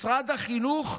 משרד החינוך,